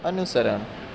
અનુસરણ